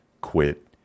quit